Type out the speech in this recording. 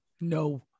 No